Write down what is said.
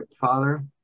Father